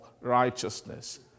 righteousness